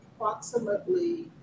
approximately